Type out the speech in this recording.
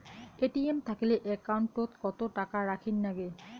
ATM থাকিলে account ওত কত টাকা রাখীর নাগে?